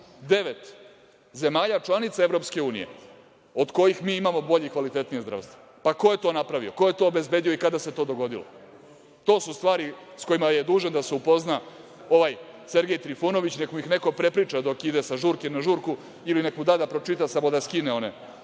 devet zemalja članica EU od kojih mi imamo bolje i kvalitetnije zdravstvo. Ko je to napravio, ko je obezbedio i kada se to dogodilo? To su stvari s kojima je dužan da se upozna ovaj Sergej Trifunović, neka mu ih neko prepriča dok ide sa žurke na žuru ili neka mu da da pročita, samo da skine one